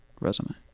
resume